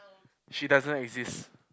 she doesn't exist